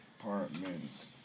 Apartments